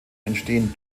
entstehen